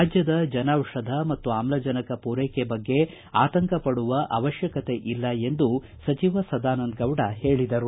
ರಾಜ್ಯದ ಜನ ದಿಷಧ ಮತ್ತು ಆಮ್ಲಜನಕ ಪೂರೈಕೆ ಬಗ್ಗೆ ಆತಂಕಪಡುವ ಅವಶ್ಯಕತೆ ಇಲ್ಲ ಎಂದು ಸಚಿವ ಸದಾನಂದಗೌಡ ಹೇಳಿದರು